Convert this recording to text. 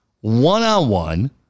one-on-one